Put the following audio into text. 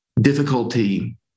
difficulty